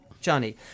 Johnny